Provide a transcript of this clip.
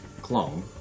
clone